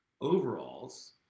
overalls